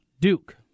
Duke